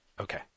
Okay